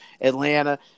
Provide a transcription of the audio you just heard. Atlanta